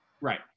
Right